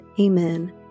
Amen